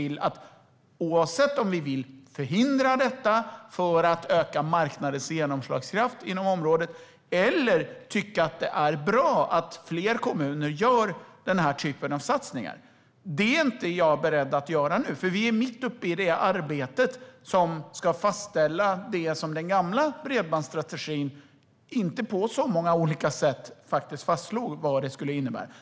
Det gäller oavsett om vi vill förhindra detta för att öka marknadens genomslagskraft inom området eller om vi tycker att det är bra att fler kommuner gör den här typen av satsningar. Det är inte jag beredd att göra nu. Vi är mitt uppe i det arbete som ska fastställa det. Den gamla bredbandsstrategin fastslog inte vad det skulle innebära på många olika sätt.